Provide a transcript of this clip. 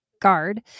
Guard